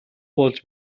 болж